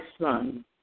son